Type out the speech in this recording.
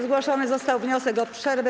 Zgłoszony został wniosek o przerwę.